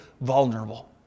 vulnerable